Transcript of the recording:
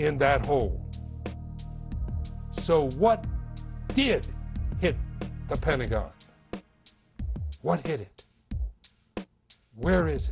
in that hole so what did hit the pentagon what did where is